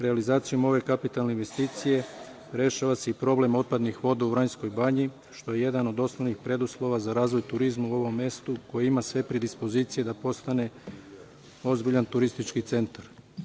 Realizacijom ove kapitalne investicije rešava se i problem otpadnih voda u Vranjskoj Banji, što je jedan od osnovnih preduslova za razvoj turizma u ovom mestu, koje ima sve predispozicije da postane ozbiljan turistički centar.